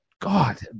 God